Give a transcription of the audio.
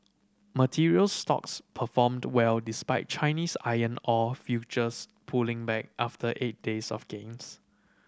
materials stocks performed well despite Chinese iron ore futures pulling back after eight days of gains